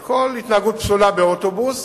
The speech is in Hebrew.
על כל התנהגות פסולה באוטובוס,